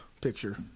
picture